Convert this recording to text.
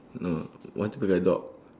no want to be like dog